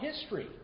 history